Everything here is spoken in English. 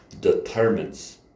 determines